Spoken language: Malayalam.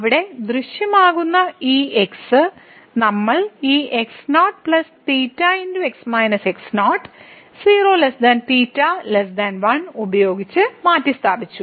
അവിടെ ദൃശ്യമാകുന്ന ഈ x നമ്മൾ ഈ ഉപയോഗിച്ച് മാറ്റിസ്ഥാപിച്ചു